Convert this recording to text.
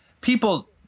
people